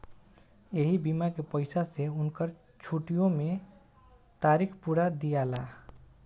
ऐही बीमा के पईसा से उनकर छुट्टीओ मे तारीख पुरा दियाला